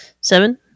seven